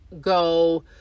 go